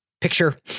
picture